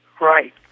right